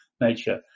nature